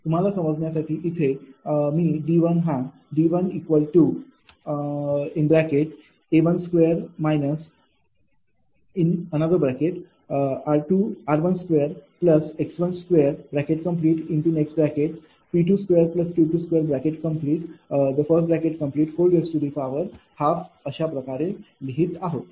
तुम्हाला समजण्यासाठी इथे D हा 𝐷A2 − r2 x2P2Q212 अशाप्रकारे आपण लिहित आहोत